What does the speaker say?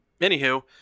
anywho